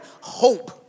hope